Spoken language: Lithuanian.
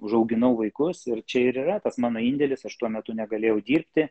užauginau vaikus ir čia ir yra tas mano indėlis aš tuo metu negalėjau dirbti